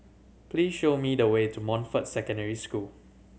please show me the way to Montfort Secondary School